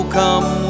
come